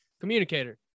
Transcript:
communicator